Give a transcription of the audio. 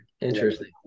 Interesting